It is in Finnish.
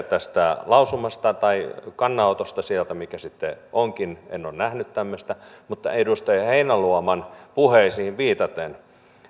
tästä lausumasta tai kannanotosta mikä se sitten onkin en ole nähnyt tämmöistä mutta edustaja heinäluoman puheisiin viitaten